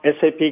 SAP